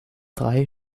drei